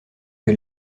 que